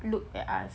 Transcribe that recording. look at us